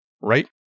Right